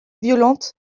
violente